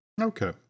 Okay